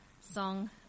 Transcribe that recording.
song